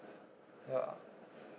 ya